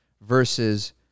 versus